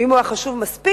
ואם הוא חשוב מספיק,